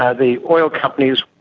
ah the oil companies,